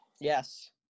Yes